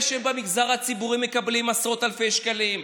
שבמגזר הציבורי מקבלים עשרות אלפי שקלים.